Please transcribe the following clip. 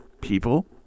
people